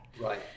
right